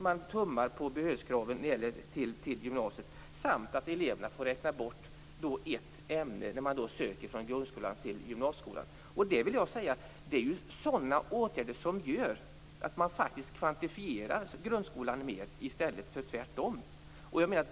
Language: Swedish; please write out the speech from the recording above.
Man tummar dessutom på behörighetskraven till gymnasiet, och eleverna får räkna bort ett ämne när de söker från grundskolan till gymnasieskolan. Sådana åtgärder gör att man kvantifierar grundskolan mer i stället för tvärtom.